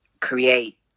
create